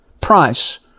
price